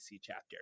chapter